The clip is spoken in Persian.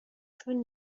چون